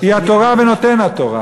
היא התורה ונותן התורה.